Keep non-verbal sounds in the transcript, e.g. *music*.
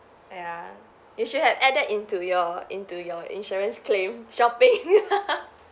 ya you should had added into your into your insurance claim shopping *laughs*